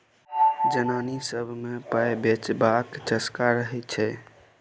जनानी सब मे पाइ बचेबाक चस्का रहय छै